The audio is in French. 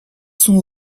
sont